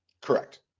Correct